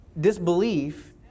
disbelief